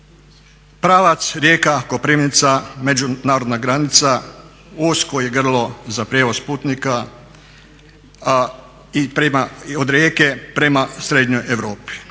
Pravac Rijeka-Koprivnica, međunarodna granica usko je grlo za prijevoz putnika od Rijeke prema srednjoj Europi.